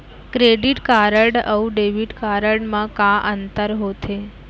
Credit card अऊ debit card मा का अंतर होथे?